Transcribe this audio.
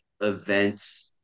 events